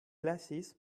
glasses